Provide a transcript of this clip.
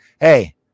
hey